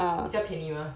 ah 比较便宜 mah